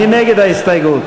מי נגד ההסתייגות?